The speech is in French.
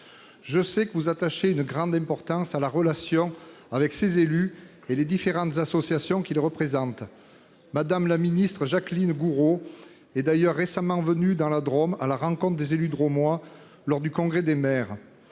Je sais que vous attachez une grande importance à la relation avec ces élus et les différentes associations qui les représentent. Mme la ministre Jacqueline Gourault est d'ailleurs récemment venue à la rencontre des élus drômois lors du congrès des maires